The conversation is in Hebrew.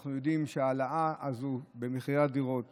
אנחנו יודעים שההעלאה הזו במחירי הדירות